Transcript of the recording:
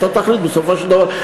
אתה תחליט בסופו של דבר.